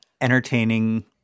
entertaining